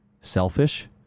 selfish